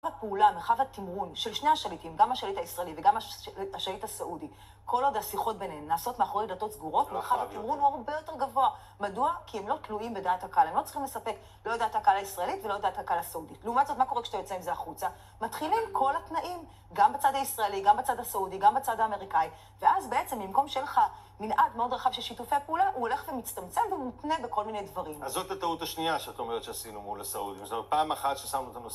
הפעולה, מרחב התמרון של שני השליטים, גם השליט הישראלי וגם השליט הסעודי, כל עוד השיחות ביניהם נעשות מאחורי דלתות סגורות, מרחב התמרון הוא הרבה יותר גבוה. מדוע? כי הם לא תלויים בדעת הקהל. הם לא צריכים לספק לא את דעת הקהל הישראלית ולא את דעת הקהל הסעודית. לעומת זאת, מה קורה כשאתה יוצא עם זה החוצה? מתחילים כל התנאים, גם בצד הישראלי, גם בצד הסעודי, גם בצד האמריקאי. ואז בעצם, במקום שיהיה לך מנעד מאוד רחב של שיתופי פעולה, הוא הולך ומצטמצם ומותנה בכל מיני דברים. אז זאת הטעות השנייה שאת אומרת שעשינו מול הסעודים. זו פעם אחת ששמנו את הנושא.